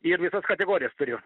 ir visas kategorijas turiu